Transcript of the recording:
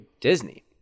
Disney